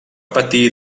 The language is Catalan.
patir